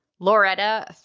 loretta